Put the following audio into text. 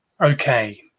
Okay